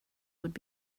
would